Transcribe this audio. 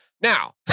now